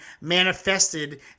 manifested